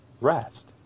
rest